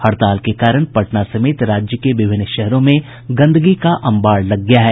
हड़ताल के कारण पटना समेत राज्य के विभिन्न शहरों में गंदगी का अंबार लग गया है